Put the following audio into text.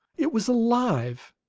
it was alive